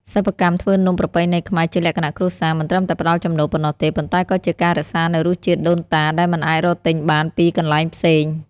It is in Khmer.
សិប្បកម្មធ្វើនំប្រពៃណីខ្មែរជាលក្ខណៈគ្រួសារ មិនត្រឹមតែផ្ដល់ចំណូលប៉ុណ្ណោះទេ ប៉ុន្តែក៏ជាការរក្សានូវរសជាតិដូនតាដែលមិនអាចរកទិញបានពីកន្លែងផ្សេង។